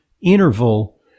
interval